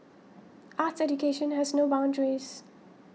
arts education has no boundaries